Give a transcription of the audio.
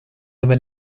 dove